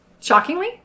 Shockingly